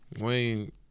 Wayne